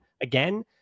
again